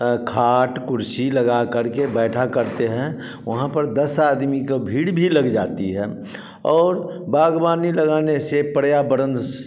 खाट कुर्सी लगा करके बैठा करते हैं वहाँ पर दस आदमी की भीड़ भी लग जाती है और बागवानी लगाने से पर्यावरण